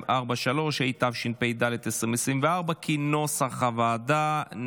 243), התשפ"ד 2024, כנוסח הוועדה.